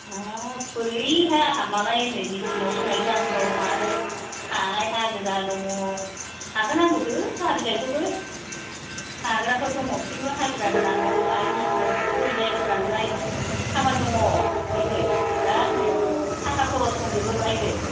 हाब बोरैहाय आंहा मालाय ओइनै मेसिन आव होनाय दाम दं आरो खानाय हाजिरा दङ खाहोनांगौसो साहा बिलाइखौबो खाग्राफोर दङ किन्तु हाजिरा होनांगौ आरो मेसिन आव सौहोहैनाय फोराननाय खामानि दङ बेवहायबो बिरातनो थाखा खरस दंजोबो बेवहायबो